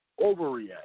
overreact